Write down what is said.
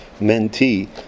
mentee